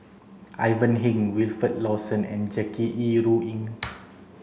Ivan Heng Wilfed Lawson and Jackie Yi Ru Ying